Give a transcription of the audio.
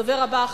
הדובר הבא,